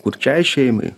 kurčiai šeimai